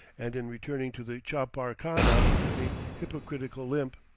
and in returning to the chapar-khana with a hypocritical limp.